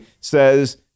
says